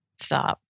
Stop